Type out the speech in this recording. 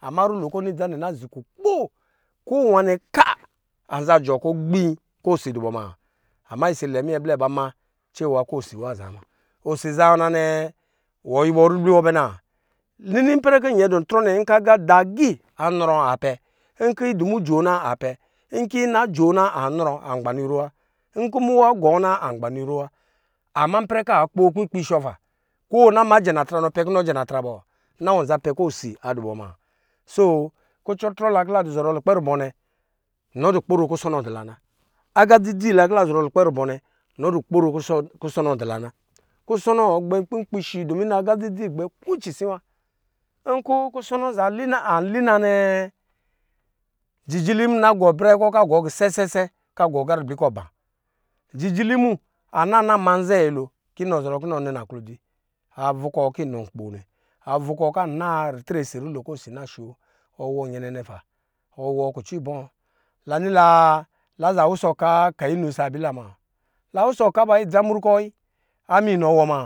Ama rulo kɔ ɔna nini dza nɛ ana zi kukpo ko nwanɛ ka anzan ɔɔɔ kɔ ɔkpi kɔ osi dubɔ ma isi lɛ nɛ minyɛ blɛ ba ma kɔ osi nwa azaa ma osi azaana nɛ, wɔ yuw ɔ ribli wɔ bɛ na? Nini ipɛrɛ kɔ nyɛ adɔntrɔ nɛ nkɔ aga adaa gi anrɔ apɛ nkɔ idumn joo na apɛ nkɔ aga adaa gi anrɔ apɛ nkɔ idumu joo na apɛ nkɔ ina joo na a nrɔ angbanɔ iro wa nkɔ muwa gɔɔ na anrɔ angbanɔ iro wa ama ipɛrɛ kɔ akpo kpi kpi shɔ pa ko yi ma jɛ la tra nɔ pɛ kɔ inɔ jɛ la tra bɔɔ na wɔ nza pɛ kɔ osi adubɔ ma so kucɔtrɔ la kɔ la dɔ zɔrɔ lukpɛ rubɔ nɛ nɔ du kporo kusɔnɔ dula na, aga dzi dzi la kɔ la du zɔrɔ lukpa rubɔ nɛ nɔ du kpozo kuɔɔnɔ dɔ la na kusɔnɔ agba nkpi nkpi shi domi nɔ nga dzidzi gbɛ ko ici si nja kusɔ nɔ anli na nɛ jijili na gɔ bɛrɛ kɔ kɔ agɔɔ sɛsɛ kɔ gɔ aga ribli kɔ gu ba, jijili mu ana ma nzɛ nyɛ lo kɔ inɔ zɔrɔ kɔ inɔ nɔ naklodz zi avukɔ kɔ inɔnkpo nɛ avukɔ kɔ inɔnaa ritre si nwolo kɔ osi nasho nɛ ɔwɔ nyɛnɛnɛ fa ɔwɔ kuɔ ɔ ibɔ la ni la ɔka kayinu ɔsɔ abila ma la wusɔ ka ba ayi dza mrɔ kɔ wayi ama inɔ wɔ ma